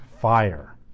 fire